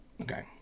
Okay